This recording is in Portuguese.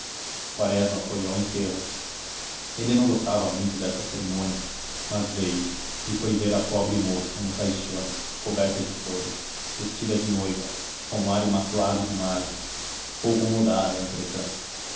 foi ao enterro ele não gostava muito dessa cerimônia mas veio e foi ver a pobre moça no caixão coberta de flores vestida de noiva com um ar imaculado de imagem pouco mudara entretanto